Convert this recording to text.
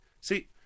See